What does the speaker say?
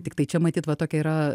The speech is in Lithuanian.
tiktai čia matyt va tokia yra